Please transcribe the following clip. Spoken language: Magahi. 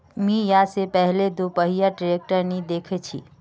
मी या से पहले दोपहिया ट्रैक्टर नी देखे छी